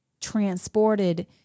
transported